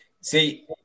See